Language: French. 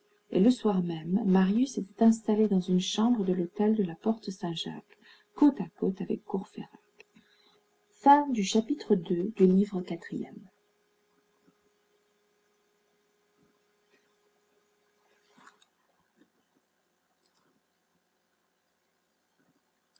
et le soir même marius était installé dans une chambre de l'hôtel de la porte saint jacques côte à côte avec courfeyrac chapitre iii